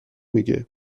میگه